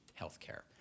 healthcare